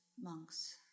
monks